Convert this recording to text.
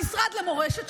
המשרד למורשת,